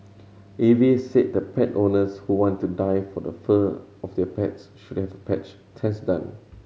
A V A said the pet owners who want to dye for the fur of their pets should have a patch test done